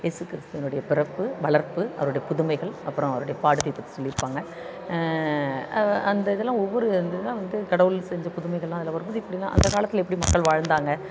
ஏசு கிறிஸ்த்துவினுடைய பிறப்பு வளர்ப்பு அவருடைய புதுமைகள் அப்புறம் அவருடைய பாடுகள் பற்றி சொல்லி இருப்பாங்க அது வ அந்த இதெல்லாம் ஒவ்வொரு அந்த இதெல்லாம் வந்து கடவுள் செஞ்ச புதுமைகள் எல்லாம் அதில் வரும் போது இப்படிலாம் அந்த காலத்தில் எப்படி மக்கள் வாழ்ந்தாங்க